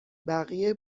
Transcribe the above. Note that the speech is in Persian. بقیه